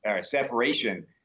separation